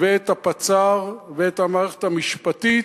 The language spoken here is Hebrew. ואת הפצ"ר ואת המערכת המשפטית,